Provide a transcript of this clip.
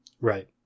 Right